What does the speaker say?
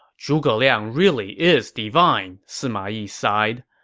zhuge liang really is divine, sima yi sighed.